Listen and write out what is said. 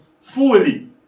fully